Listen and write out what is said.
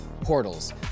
portals